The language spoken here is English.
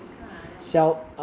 okay lah then okay